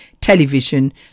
television